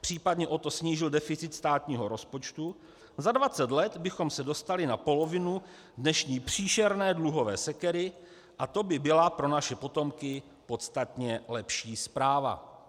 případně o to snížili deficit státního rozpočtu, za dvacet let bychom se dostali na polovinu dnešní příšerné dluhové sekery a to by byla pro naše potomky podstatně lepší zpráva.